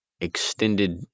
extended